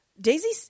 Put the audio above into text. Daisy